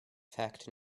fact